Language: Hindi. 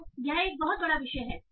तो यह एक बहुत बड़ा विषय है